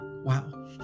Wow